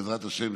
בעזרת השם,